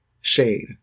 shade